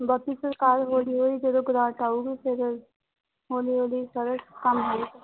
ਬਾਕੀ ਸਰਕਾਰ ਹੌਲੀ ਹੌਲੀ ਜਦੋਂ ਗਰਾਂਟ ਆਵੇਗੀ ਫਿਰ ਹੌਲੀ ਹੌਲੀ ਸਾਰਾ ਕੰਮ ਹੋਵੇਗਾ